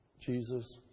Jesus